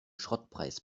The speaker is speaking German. schrottpreis